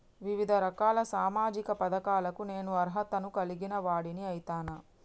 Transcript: వివిధ రకాల సామాజిక పథకాలకు నేను అర్హత ను కలిగిన వాడిని అయితనా?